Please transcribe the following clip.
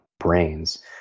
brains